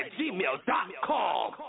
gmail.com